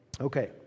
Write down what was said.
Okay